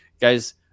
guys